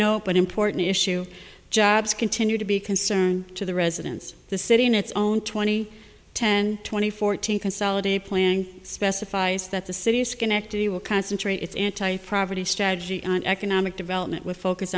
but important issue jobs continue to be concern to the residents the city in its own twenty ten twenty fourteen consolidate plan specifies that the city schenectady will concentrate its anti property strategy on economic development